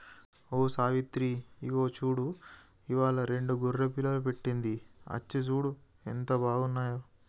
ఓ సావిత్రి ఇగో చూడు ఇవ్వాలా రెండు గొర్రె పిల్లలు పెట్టింది అచ్చి సూడు ఎంత బాగున్నాయో